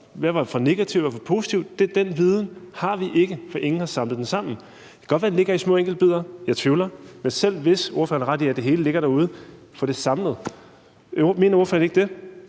hvad var for negativt og for positivt? Den viden har vi ikke, for ingen har samlet den sammen. Det kan godt være, den ligger i små enkeltbidder – jeg tvivler. Men selv hvis ordføreren har ret i, at det hele ligger derude, så få det samlet. Mener ordføreren ikke det,